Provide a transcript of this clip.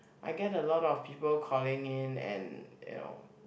I get a lot of people calling in and you know